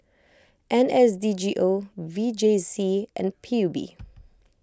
N S D G O V J C and P U B